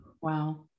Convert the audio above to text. Wow